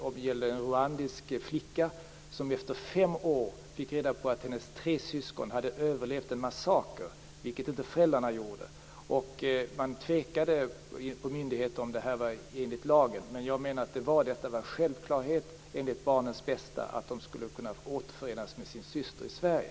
Det gällde en rwandisk flicka, som efter fem år fick reda på att hennes tre syskon hade överlevt en massaker, vilket inte föräldrarna hade gjort. Man tvekade på myndigheten om detta beslut var i enlighet med lagen, men jag menade att det med hänsyn till barnens bästa var en självklarhet att de skulle kunna återförenas med sin syster i Sverige.